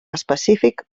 específic